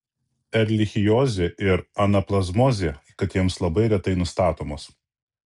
erlichiozė ir anaplazmozė katėms labai retai nustatomos